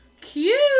Cute